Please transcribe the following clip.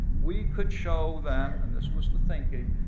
we could show them, and this was the thinking,